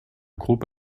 groupe